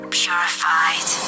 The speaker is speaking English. purified